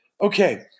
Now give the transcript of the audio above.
okay